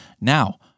Now